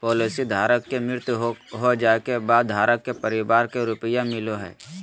policy धारक के मृत्यु हो जाइ के बाद धारक के परिवार के रुपया मिलेय हइ